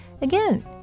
again